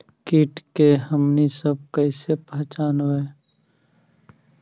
किट के हमनी सब कईसे पहचनबई?